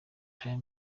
apr